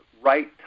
right